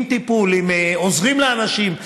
אם עוזרים לאנשים,